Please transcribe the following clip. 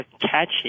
catchy